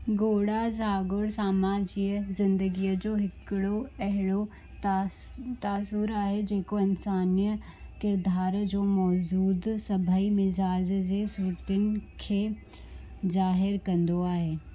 घोड़ा जागोर सामाजी ज़िंदगीअ हो हिकु अहिड़ो तासु तासुरु आहे जेको इंसानी किरदार जो मौजूदु सभई मिज़ाज़ जे सूरतुनि खे ज़ाहिरु कंदो आहे